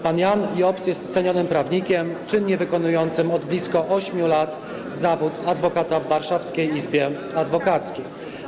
Pan Jan Jobs jest cenionym prawnikiem, czynnie wykonującym od blisko 8 lat zawód adwokata w Warszawskiej Izbie Adwokackiej.